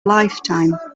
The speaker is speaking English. lifetime